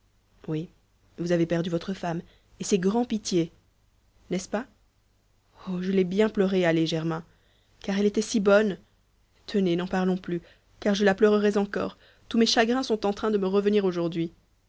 oui vous avez perdu votre femme et c'est grand'pitié n'est-ce pas oh je l'ai bien pleurée allez germain car elle était si bonne tenez n'en parlons plus car je la pleurerais encore tous mes chagrins sont en train de me revenir aujourd'hui